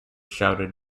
shouted